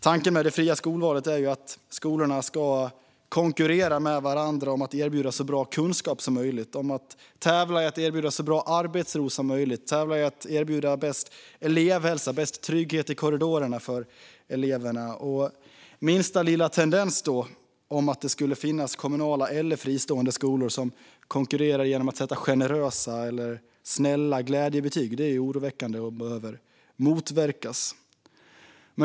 Tanken är att skolorna ska tävla med varandra om att erbjuda så bra kunskap, arbetsro, elevhälsa och trygghet som möjligt för eleverna. Minsta tendens till att det skulle finnas kommunala eller fristående skolor som konkurrerar genom att sätta generösa glädjebetyg är oroväckande och behöver motverkas.